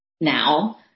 now